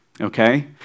Okay